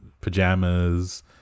pajamas